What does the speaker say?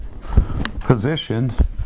positioned